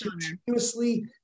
continuously